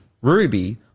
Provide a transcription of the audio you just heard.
ruby